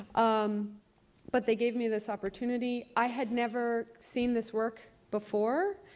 um but, they gave me this opportunity. i had never seen this work before.